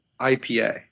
IPA